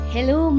Hello